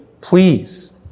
Please